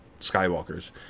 Skywalkers